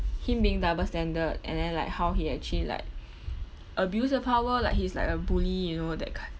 him being double standard and then like how he actually like abuse the power like he's like a bully you know that kind